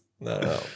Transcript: No